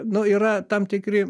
nu yra tam tikri